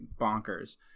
bonkers